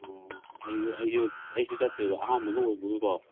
ꯑꯣ ꯑꯩꯁꯨ ꯆꯠꯇꯣꯏꯕ ꯑꯍꯥꯟꯕꯒ ꯑꯣꯏꯕꯒꯀꯣ